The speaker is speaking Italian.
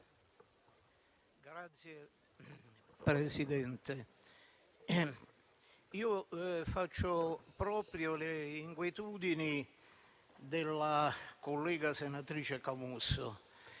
Signor Presidente, faccio mie le inquietudini della collega, senatrice Camusso.